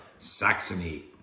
Saxony